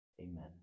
Amen